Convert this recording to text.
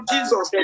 Jesus